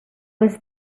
was